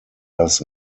das